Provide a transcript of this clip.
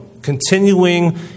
continuing